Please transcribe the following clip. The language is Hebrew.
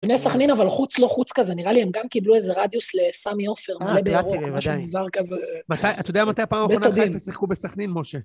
בני סכנין, אבל חוץ, לא חוץ כזה, נראה לי הם גם קיבלו איזה רדיוס לסמי עופר, מלא בירוק, משהו מוזר כזה. אתה יודע מתי הפעם האחרונה חיפה שיחקו בסכנין, משה?